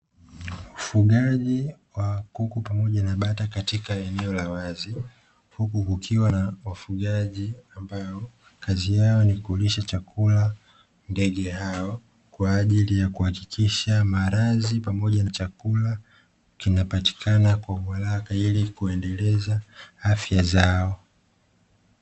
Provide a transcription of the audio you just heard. Mfugaji wa kuku pamoja na bata katika eneo la wazi, huku kukiwa na wafugaji ambao kazi yao ni kulisha chakula ndege hao, kwa ajili ya kuhakikisha malazi pamoja na chakula kimepatikana kwa uharaka ili kuendeleza afya zao.